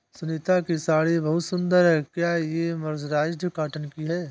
सुनीता की साड़ी बहुत सुंदर है, क्या ये मर्सराइज्ड कॉटन की है?